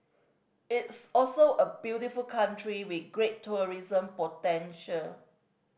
it's also a beautiful country with great tourism potential